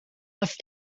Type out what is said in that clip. earth